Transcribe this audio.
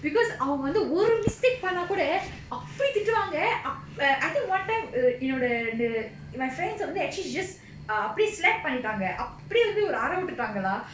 because அவுங்க வந்து ஒரு:avunga vandhu oru mistake பண்ணாகூட அப்டி திட்டுவாங்க:pannakooda apdi thittuvanga I think one time என்னோட:ennoda err my friends ah வந்து:vandhu actually she just err அப்டியே வந்து ஒரு அர விட்டுட்டாங்க:apdiye vandhu oru ara vittutanga lah